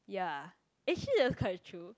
ya actually that's quite true